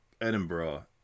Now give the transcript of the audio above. Edinburgh